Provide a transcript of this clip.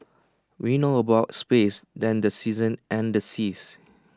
we know more about space than the seasons and the seas